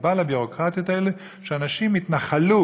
הסיבה לביורוקרטיות האלה שאנשים התנחלו